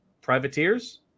privateers